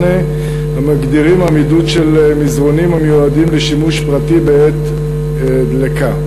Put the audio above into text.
המגדירים עמידות של מזרנים המיועדים לשימוש פרטי בעת דלֵקה.